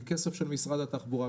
מכסף של משרד התחבורה,